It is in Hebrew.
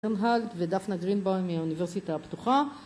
ודפנה גרינבוים מהאוניברסיטה הפתוחה